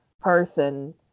person